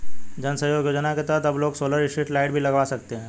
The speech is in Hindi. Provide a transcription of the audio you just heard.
जन सहयोग योजना के तहत अब लोग सोलर स्ट्रीट लाइट भी लगवा सकते हैं